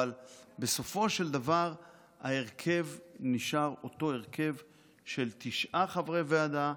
אבל בסופו של דבר ההרכב נשאר אותו הרכב של תשעה חברי ועדה,